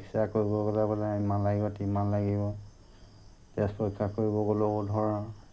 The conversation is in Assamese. এক্সৰে কৰিব গ'লে মানে ইমান লাগিব টিমান লাগিব তেজ পৰিক্ষা কৰিব গ'লেও ধৰ